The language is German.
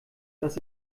dass